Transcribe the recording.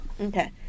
okay